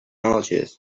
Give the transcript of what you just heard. algiers